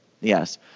Yes